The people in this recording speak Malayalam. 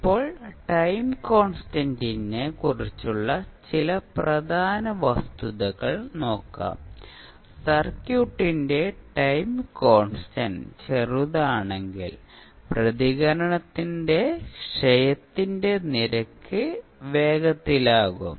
ഇപ്പോൾ ടൈം കോൺസ്റ്റന്റിനെ ക്കുറിച്ചുള്ള ചില പ്രധാന വസ്തുതകൾ നോക്കാം സർക്യൂട്ടിന്റെ ടൈം കോൺസ്റ്റന്റ് ചെറുതാണെങ്കിൽ പ്രതികരണത്തിന്റെ ക്ഷയത്തിന്റെ നിരക്ക് വേഗത്തിലാകും